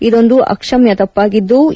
ಇದೊಂದು ಅಕ್ಷಮ್ನ ತಪ್ಪಾಗಿದ್ಲು